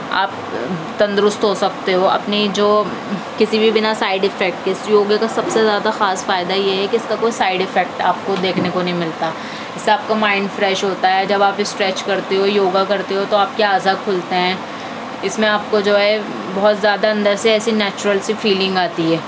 آپ تندرست ہو سکتے ہو اپنی جو کسی بھی بنا سائیڈ افیکٹ کے اس یوگا کا سب سے زیادہ خاص فائدہ یہ ہے کہ اس کا کوئی سائیڈ افیکٹ آپ کو دیکھنے کو نہیں ملتا اس سے آپ کو مائنڈ فریش ہوتا ہے جب آپ اسٹریچ کرتے ہو یوگا کرتے ہو تو آپ کے اعضا کھلتے ہیں اس میں آپ کو جو ہے بہت زیادہ اندر سے ایسی نیچرل سی فیلنگ آتی ہے